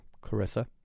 Clarissa